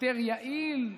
יותר יעיל,